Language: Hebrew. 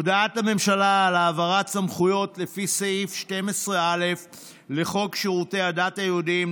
הודעת הממשלה על העברת סמכויות לפי סעיף 12א לחוק שירותי הדת היהודיים ,